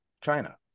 China